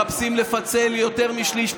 מחפשים לפצל יותר משליש,